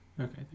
Okay